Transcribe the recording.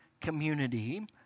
community